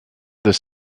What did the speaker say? the